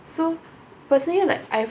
so personally like I've